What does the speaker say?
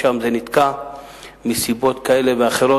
שם זה נתקע מסיבות כאלה ואחרות.